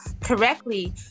correctly